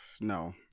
no